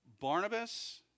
Barnabas